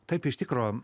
taip iš tikro